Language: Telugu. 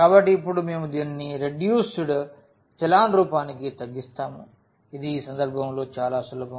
కాబట్టి ఇప్పుడు మేము దీనిని ఈ రెడ్యూస్డ్ ఎచెలాన్ రూపానికి తగ్గిస్తాము ఇది ఈ సందర్భంలో చాలా సులభం